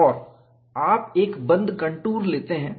और आप एक बंद कंटूर लेते हैं